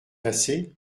assez